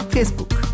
Facebook